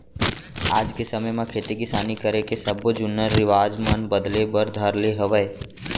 आज के समे म खेती किसानी करे के सब्बो जुन्ना रिवाज मन बदले बर धर ले हवय